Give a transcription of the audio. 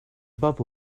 above